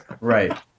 Right